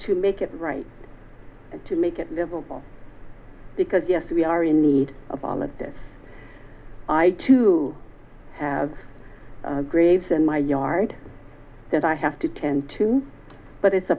to make it right to make it livable because yes we are in need of all of this i too have graves in my yard that i have to tend to but it's a